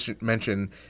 mention